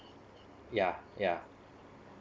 yeah yeah